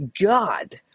God